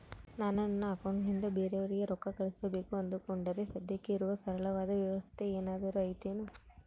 ನಾನು ನನ್ನ ಅಕೌಂಟನಿಂದ ಬೇರೆಯವರಿಗೆ ರೊಕ್ಕ ಕಳುಸಬೇಕು ಅಂದುಕೊಂಡರೆ ಸದ್ಯಕ್ಕೆ ಇರುವ ಸರಳವಾದ ವ್ಯವಸ್ಥೆ ಏನಾದರೂ ಐತೇನು?